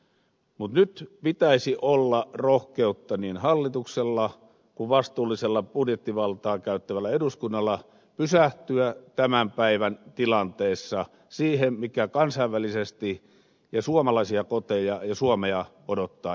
mutta nyt pitäisi olla rohkeutta niin hallituksella kuin vastuullisella budjettivaltaa käyttävällä eduskunnalla pysähtyä tämän päivän tilanteessa siihen mikä kansainvälisesti ja suomalaisia koteja ja suomea odottaa ensi vuonna